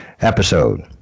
episode